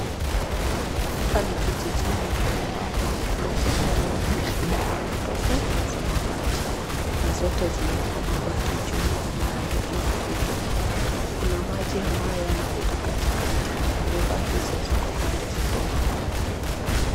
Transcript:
Hapa ni kijijini ambapo kumejengwa nyumba na matope na za mabati. Na zote zimewekwa mabati juu ambayo inakutu. Kuna maji ambayo yanapita katikati na nyumba hizo ziko pande zote mbili.